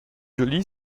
jolie